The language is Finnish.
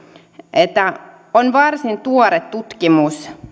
että on varsin tuore tutkimus